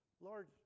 Lord